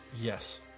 Yes